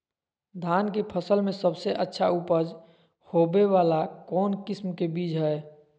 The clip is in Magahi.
धान के फसल में सबसे अच्छा उपज होबे वाला कौन किस्म के बीज हय?